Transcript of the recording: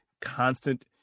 constant